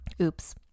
oops